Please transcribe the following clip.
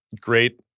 great